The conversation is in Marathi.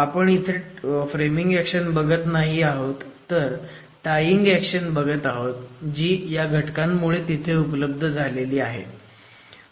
आपण फ्रेमिंग एक्शन बघत नाही आहोत तर आपण टायिंग एक्शन बघत आहोत जी या घटकांमुळे तिथे उपलब्ध झालेली आहे